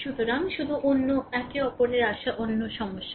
সুতরাং শুধু অন্য একে অপরের আসা অন্য সমস্যা